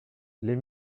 les